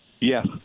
Yes